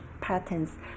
patterns